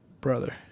brother